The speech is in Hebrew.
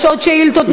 יש שאילתות נוספות.